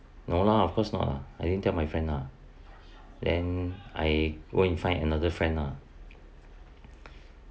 no lah of course not lah I didn't tell my friend lah then I go and find another friend lah